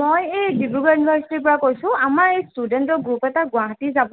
মই এই ডিব্ৰুগড় ইউনিভাৰ্ছিটিৰ পৰা কৈছোঁ আমাৰ এই ষ্টুডেণ্টৰ গ্ৰুপ এটা গুৱাহাটী যাব